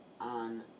on